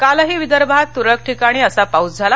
कालही विदर्भात तुरळक ठिकाणी असा पाऊस झाला